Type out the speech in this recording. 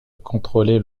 contrôler